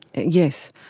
yes.